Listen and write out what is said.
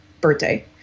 birthday